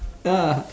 ya